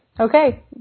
Okay